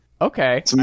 Okay